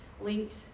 linked